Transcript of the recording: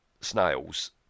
snails